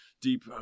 deep